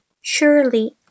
Surely